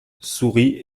souris